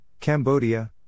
Cambodia